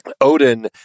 Odin